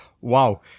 wow